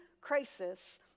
crisis